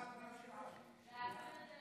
ההצעה להעביר את